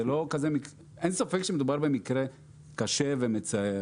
אין ספק שמדובר במקרה קשה ומצער.